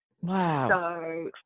Wow